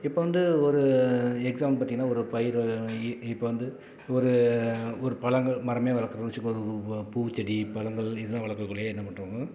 இப்போ வந்து ஒரு எக்ஸாம்பிள் பார்த்தீங்கன்னா ஒரு பயிர் இ இப்போ வந்து ஒரு ஒரு பழங்கள் மரமே வளர்க்குறோன்னு வச்சுக்கோ பூச்செடி பழங்கள் இதெலாம் வளர்க்கக்குள்ளையே என்ன பண்ணுறாங்க